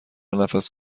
نفس